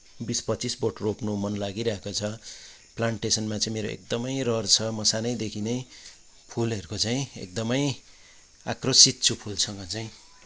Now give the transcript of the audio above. बिस पच्चिस बोट रोप्नु मन लागिरहेको छ प्लान्टेसनमा चाहिँ मेरो एकदमै रहर छ म सानैदेखि नै फुलहरूको चाहिँ एकदमै आकर्षित छु फूलसँग चाहिँ